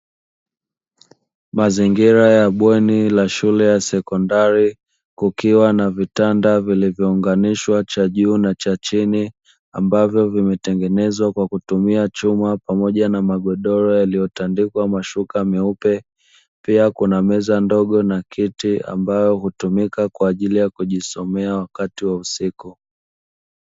Mazingira ya bweni la shule ya sekondari kukiwa na vitanda vilivyoonganishwa cha juu na cha chini ambavyo vimetengenezwa kwa kutumia chuma pamoja na magodoro yaliyotandikwa mashuka meupe, pia kuna meza ndogo na kiti ambao utumika kwa ajili ya kujisomea wakati wa usiku.